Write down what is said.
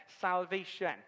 salvation